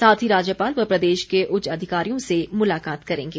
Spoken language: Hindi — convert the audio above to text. साथ ही राज्यपाल व प्रदेश के उच्च अधिकारियों से मुलाकात करेंगे